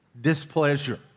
displeasure